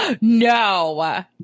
No